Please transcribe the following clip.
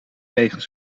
wegen